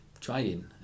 trying